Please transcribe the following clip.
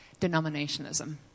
denominationism